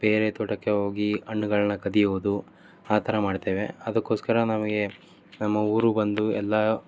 ಬೇರೆ ತೋಟಕ್ಕೆ ಹೋಗಿ ಹಣ್ಣುಗಳನ್ನ ಕದಿಯುವುದು ಆ ಥರ ಮಾಡ್ತೇವೆ ಅದಕ್ಕೋಸ್ಕರ ನಮಗೆ ನಮ್ಮ ಊರು ಬಂದು ಎಲ್ಲ